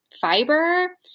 fiber